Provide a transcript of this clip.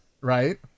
right